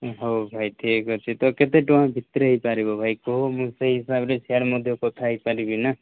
ହଉ ଭାଇ ଠିକ୍ ଅଛି ଭାଇ ତ କେତେଟଙ୍କା ଭିତରେ ହୋଇପାରିବ ଭାଇ କୁହ ମୁଁ ସେଇ ହିସାବରେ ସିଆଡ଼େ ମଧ୍ୟ କଥା ହୋଇପାରିବିନା